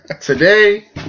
Today